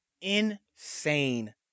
insane